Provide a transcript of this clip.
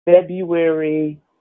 February